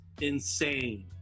insane